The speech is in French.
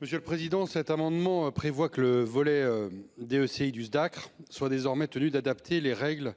Monsieur le Président, cet amendement prévoit que le volet. OCI du Dacr soient désormais tenus d'adapter les règles